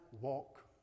walk